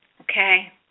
Okay